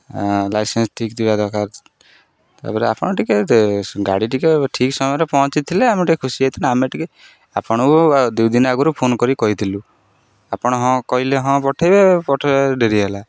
licence ଠିକ୍ ଥିବା ଦରକାର ତା'ପରେ ଆପଣ ଟିକିଏ ଗାଡ଼ି ଟିକିଏ ଠିକ୍ ସମୟରେ ପହଞ୍ଚିଥିଲେ ଆମେ ଟିକିଏ ଖୁସି ହୋଇଥାନ୍ତୁ ଆମେ ଟିକିଏ ଆପଣଙ୍କୁ ଦୁଇ ଦିନ ଆଗରୁ ଫୋନ୍ କରିି କହିଥିଲୁ ଆପଣ ହଁ କହିଲେ ହଁ ପଠାଇବେ ପଠାଇବା ଡେରି ହେଲା